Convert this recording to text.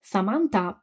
Samantha